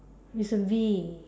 it's a V